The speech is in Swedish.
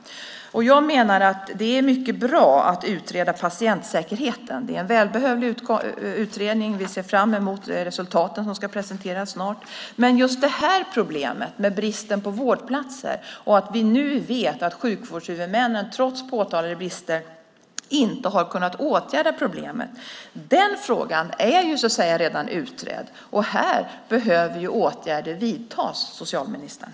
Jag menar att det är mycket bra att utreda patientsäkerheten. Det är en välbehövlig utredning, och vi ser fram emot resultaten som ska presenteras snart. Men just den här frågan, problemet med bristen på vårdplatser och att vi nu vet att sjukvårdshuvudmännen trots påtagliga brister inte har kunnat åtgärda problemet, är ju redan utredd, och här behöver åtgärder vidtas, socialministern.